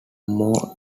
more